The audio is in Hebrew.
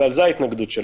ועל זה ההתנגדות שלנו.